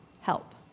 help